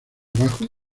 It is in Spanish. abajo